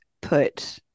put